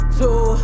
two